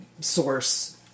source